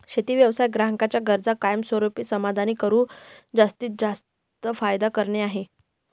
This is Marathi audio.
शेती व्यवसाय ग्राहकांच्या गरजांना कायमस्वरूपी समाधानी करून जास्तीचा फायदा करणे आहे